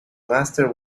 master